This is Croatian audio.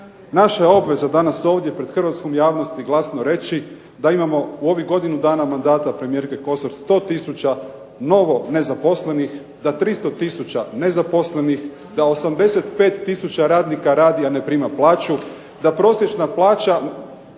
Naša je obveza danas ovdje pred hrvatskom javnosti glasno reći da imamo u ovih godinu dana mandata premijerke Kosor 100 tisuća novo nezaposlenih, da 300 tisuća nezaposlenih, da 85 tisuća radnika radi, a ne prima plaću, da prosječna plaća